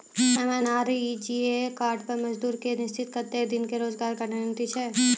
MNREGA card पर मजदुर के निश्चित कत्तेक दिन के रोजगार गारंटी छै?